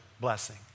blessing